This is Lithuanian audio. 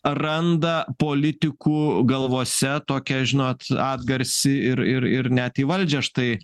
randa politikų galvose tokią žinot atgarsį ir ir ir net į valdžią štai